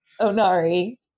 Onari